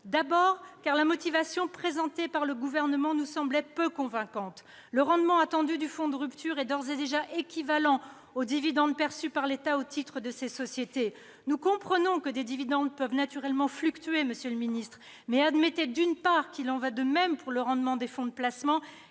d'abord, la motivation présentée par le Gouvernement nous semblait peu convaincante : le rendement attendu du fonds de rupture est d'ores et déjà équivalent aux dividendes perçus par l'État au titre de ces sociétés. Nous comprenons que des dividendes peuvent naturellement fluctuer, mais admettez, d'une part, qu'il en va de même pour le rendement des fonds de placement,